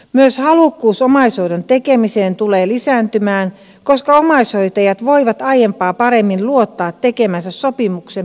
myös halukkuus omaishoidon tekemiseen tulee lisääntymään koska omaishoitajat voivat aiempaa paremmin luottaa tekemänsä sopimuksen pysyvyyteen